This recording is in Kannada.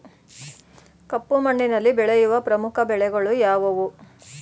ಕಪ್ಪು ಮಣ್ಣಿನಲ್ಲಿ ಬೆಳೆಯುವ ಪ್ರಮುಖ ಬೆಳೆಗಳು ಯಾವುವು?